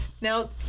Now